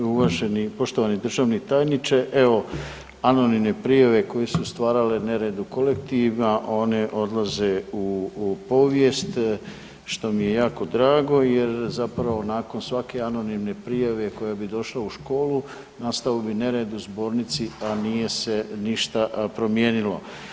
Uvaženi poštovani državi tajniče, evo anonimne prijave koje su stvarale nered u kolektiv, one odlaze u povijest, što mi je jako drago jer zapravo nakon svake anonimne prijave koja bi došla u školu, nastao bi nered u zbornici a nije se ništa promijenilo.